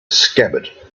scabbard